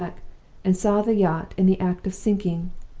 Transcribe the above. and saw the yacht in the act of sinking.